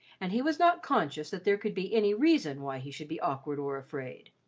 and he was not conscious that there could be any reason why he should be awkward or afraid.